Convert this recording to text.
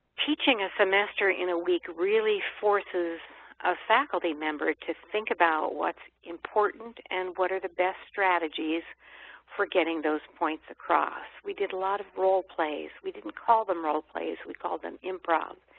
teaching a semester in a week really forces a faculty member to think about what's important and what are the best strategies for getting those points across. we did a lot of role plays. we didn't call them role plays. we called them improv.